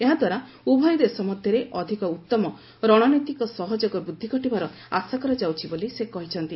ଏହାଦ୍ୱାରା ଉଭୟ ଦେଶ ମଧ୍ୟରେ ଅଧିକ ଉତ୍ତମ ରଣନୈତିକ ସହଯୋଗ ବୃଦ୍ଧି ଘଟିବାର ଆଶା କରାଯାଉଛି ବୋଲି ସେ କହିଛନ୍ତି